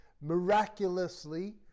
miraculously